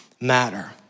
matter